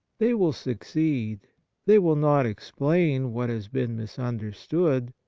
they will succeed they will not explain what has been misunderstood,